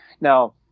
now